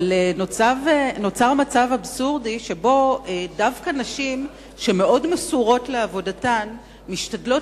אלא שנוצר מצב אבסורדי שבו דווקא נשים שמאוד מסורות לעבודתן משתדלות